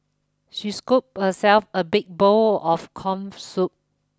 she scooped herself a big bowl of corn soup